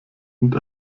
und